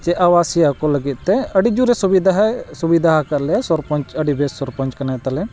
ᱥᱮ ᱟᱵᱟᱥᱤᱭᱟᱹᱠᱚ ᱞᱟᱹᱜᱤᱫ ᱛᱮ ᱟᱹᱰᱤ ᱡᱳᱨᱮ ᱥᱩᱵᱤᱫᱷᱟ ᱥᱩᱵᱤᱫᱷᱟ ᱟᱠᱟᱫ ᱞᱮᱭᱟ ᱥᱚᱨᱯᱚᱧᱪ ᱟᱹᱰᱤ ᱵᱮᱥ ᱥᱚᱨᱯᱧᱪ ᱠᱟᱱᱟᱭ ᱛᱟᱞᱮ